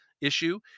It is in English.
issue